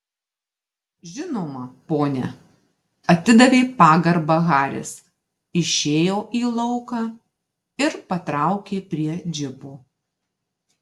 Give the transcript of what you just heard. žinoma pone atidavė pagarbą haris išėjo į lauką ir patraukė prie džipo